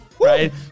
right